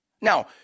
Now